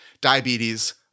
Diabetes